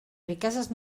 riqueses